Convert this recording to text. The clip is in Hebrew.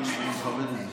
אני מכבד את זה.